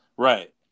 Right